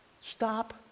stop